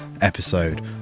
episode